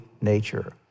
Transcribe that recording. nature